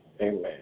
Amen